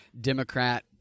democrat